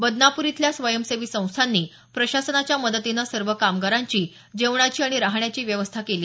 बदनापूर इथल्या स्वयंसेवी संस्थांनी प्रशासनाच्या मदतीनं सर्व कामगारांची जेवणाची आणि राहण्याची व्यवस्था केली